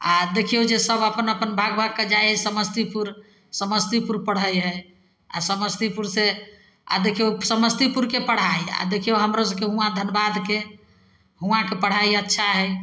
आओर देखिऔ जे सब अपन अपन भागि भागिकऽ जाइ हइ समस्तीपुर समस्तीपुर पढ़ै हइ आओर समस्तीपुर से आओर देखिऔ समस्तीपुरके पढ़ाइ आओर देखिऔ हमरोसभके हुआँ धनबादके हुआँके पढ़ाइ अच्छा हइ